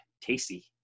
tasty